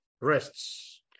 rests